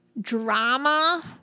drama